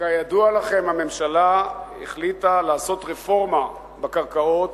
כידוע לכם, הממשלה החליטה לעשות רפורמה בקרקעות